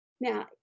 now